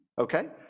okay